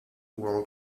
word